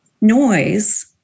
noise